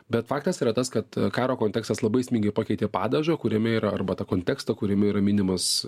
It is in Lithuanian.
bet faktas yra tas kad karo kontekstas labai esmingai pakeitė padažą kuriame yra arba tą kontekstą kuriame yra minimas